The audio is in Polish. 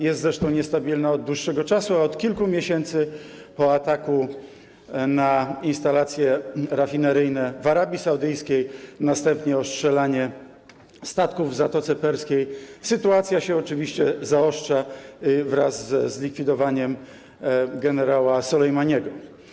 Jest zresztą niestabilna od dłuższego czasu, a od kilku miesięcy, po ataku na instalacje rafineryjne w Arabii Saudyjskiej, następnie ostrzelaniu statków w Zatoce Perskiej, sytuacja się oczywiście zaostrza wraz ze zlikwidowaniem generała Sulejmaniego.